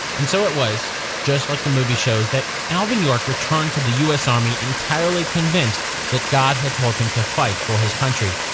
and so it was, just like the movie shows, that alvin york returned to the u s. army entirely convinced that god had told him to fight for his country.